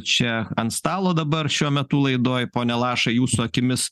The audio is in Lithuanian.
čia ant stalo dabar šiuo metu laidoj pone lašai jūsų akimis